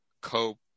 cope